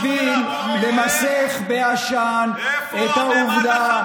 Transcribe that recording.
הכול בשביל למסך בעשן את העובדה,